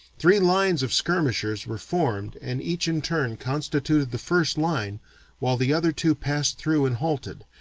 three lines of skirmishers were formed and each in turn constituted the first line while the other two passed through and halted,